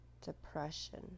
depression